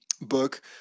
book